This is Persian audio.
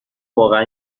واقعا